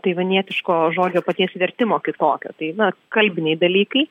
taivanietiško žodžio paties vertimo kitokio tai na kalbiniai dalykai